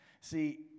See